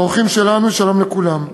האורחים שלנו, שלום לכולם.